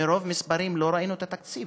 מרוב מספרים לא ראינו את התקציב